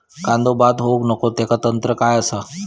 कांदो बाद होऊक नको ह्याका तंत्र काय असा?